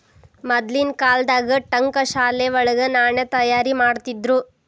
ಮದ್ಲಿನ್ ಕಾಲ್ದಾಗ ಠಂಕಶಾಲೆ ವಳಗ ನಾಣ್ಯ ತಯಾರಿಮಾಡ್ತಿದ್ರು